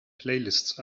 playlists